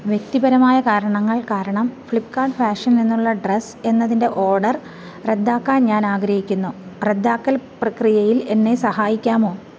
വ്യക്തിപരമായ കാരണങ്ങൾ കാരണം ഫ്ലിപ്പ്കാർട്ട് ഫാഷനിൽ നിന്നുള്ള ഡ്രസ്സ് എന്നതിൻ്റെ ഓർഡർ റദ്ദാക്കാൻ ഞാൻ ആഗ്രഹിക്കുന്നു റദ്ദാക്കൽ പ്രക്രിയയിൽ എന്നെ സഹായിക്കാമോ